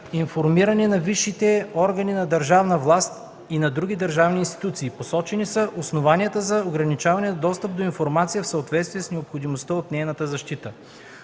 информиране на висшите органи на държавна власт и на други държавни институции. Посочени са основанията за ограничаване на достъп до информация в съответствие с необходимостта от нейната защита.